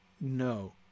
no